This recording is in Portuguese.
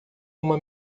uma